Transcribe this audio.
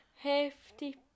hefty